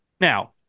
Now